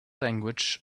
language